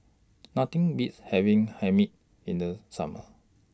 Nothing Beats having Hae Mee in The Summer